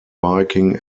biking